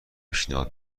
پیشنهاد